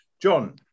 John